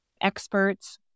experts